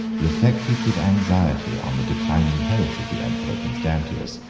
reflected with anxiety on the declining health of the emperor constantius,